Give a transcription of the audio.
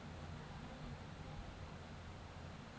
মালুস অলেক কিসি জিলিসে ইলসুরেলস বালাচ্ছে যাতে টাকা পায়